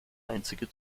einzige